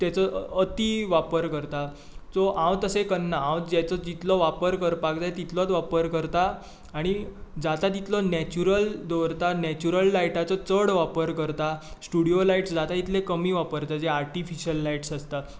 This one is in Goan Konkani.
तेचो अती वापर करता सो हांव तशे करना हांव जेचो जितलो वापर करपाक जाय तितलोच वापर करता आणी जाता तितलो नॅचुरल दवरतां नॅचुरल लायटीचो चड वापर करतां स्टुडियो लायटस जाता तितल्यो कमी वापरतां जे आर्टिफिशल लायटस आसता